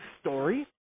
story